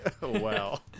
Wow